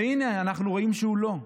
והינה, אנחנו רואים שהוא לא.